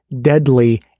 deadly